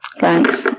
Thanks